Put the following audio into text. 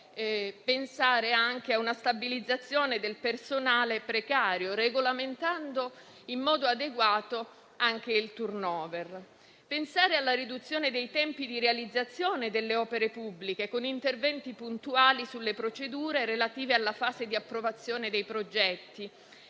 prospettiva di una stabilizzazione del personale precario, regolamentando in modo adeguato anche il *turnover.* Bisogna pensare alla riduzione dei tempi di realizzazione delle opere pubbliche, con interventi puntuali sulle procedure relative alla fase di approvazione dei progetti,